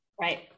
Right